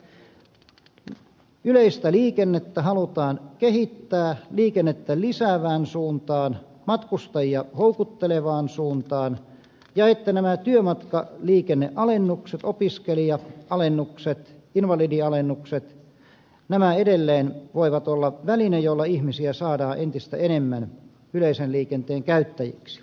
toivon että yleistä liikennettä halutaan kehittää liikennettä lisäävään suuntaan matkustajia houkuttelevaan suuntaan ja että nämä työmatkaliikennealennukset opiskelija alennukset invalidialennukset edelleen voivat olla väline jolla ihmisiä saadaan entistä enemmän yleisen liikenteen käyttäjiksi